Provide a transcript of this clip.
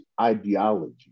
ideology